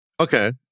Okay